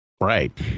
right